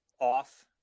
off